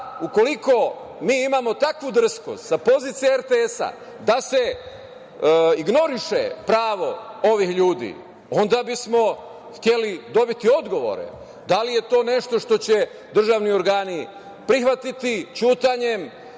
mi imamo takvu drskost sa pozicije RTS-a da se ignoriše pravo ovih ljudi, onda bismo hteli dobiti odgovore da li je to nešto što će državni organi prihvatiti ćutanjem